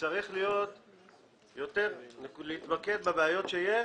צריך להתמקד בבעיות שיש